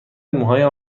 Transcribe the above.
موهایم